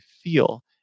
feel